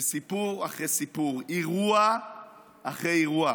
וסיפור אחרי סיפור, אירוע אחרי אירוע,